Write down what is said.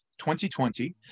2020